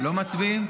לא מצביעים?